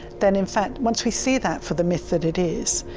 then in fact, once we see that for the myth that it is,